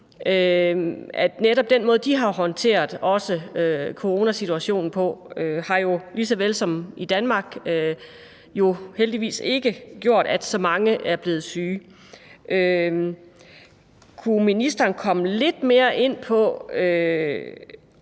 netop den måde, de har håndteret coronasituationen på, jo lige så vel som i Danmark heldigvis ikke har gjort, at så mange er blevet syge. Kunne ministeren komme lidt mere ind på